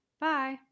Bye